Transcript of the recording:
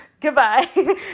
Goodbye